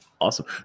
awesome